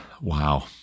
Wow